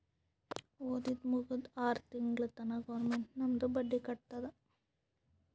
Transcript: ಓದದ್ ಮುಗ್ದು ಆರ್ ತಿಂಗುಳ ತನಾ ಗೌರ್ಮೆಂಟ್ ನಮ್ದು ಬಡ್ಡಿ ಕಟ್ಟತ್ತುದ್